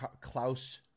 klaus